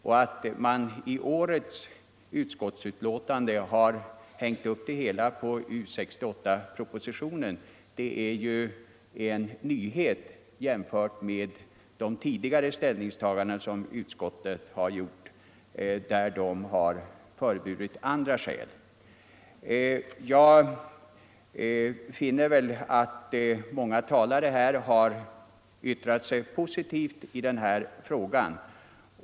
Och att man i årets utskottsbetänkande har hängt upp hela denna fråga på U 68-propositionen är en nyhet jämfört med de tidigare ställningstaganden utskottet gjort, då utskottet har föreburit andra skäl. Slutligen finner jag att flera talare här har uttalat sig positivt i denna fråga.